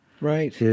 Right